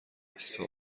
کیسه